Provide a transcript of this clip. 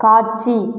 காட்சி